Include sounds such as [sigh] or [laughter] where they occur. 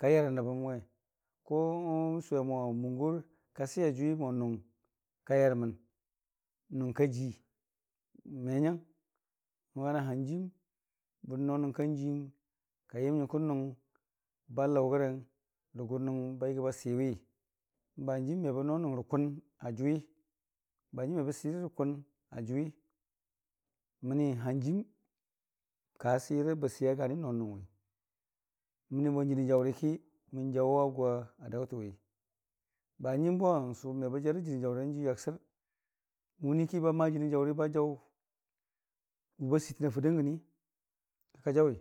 ka yər rə nəbəmwe [unintelligible] n'sʊwe mo mungor si a jʊwi mo nʊng ka yarmən mo nʊng ka jii me nyong n'bahanjiim ba no nʊng kanjiiyɨng kayəm nyənkə nʊng ba laʊgərə rəgʊ nʊng bayəgii a siwi, baharn jiim mebə no nʊng rə kʊna jʊwi banjiim mebə sirərə kʊn ajʊwi məni n'hanjiim ka sira bə si a gani n'no nʊngwi mənii bo n'jənii jaʊriki mən jaʊwa gwa daʊtənwi banjiim bo n'sʊmebə jarə jəniin jaʊran jiiyu yaksər, wuniikiba maa jənii jaʊri ba jaʊ wʊba siitəna fɨrdan gəni.